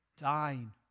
dying